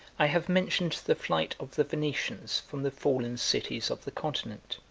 i have mentioned the flight of the venetians from the fallen cities of the continent,